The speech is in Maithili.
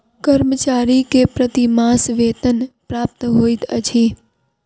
कर्मचारी के प्रति मास वेतन प्राप्त होइत अछि